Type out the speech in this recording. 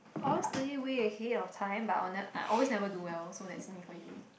I'll always study way ahead of time but I'll never I always never do well so that's me for you